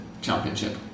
Championship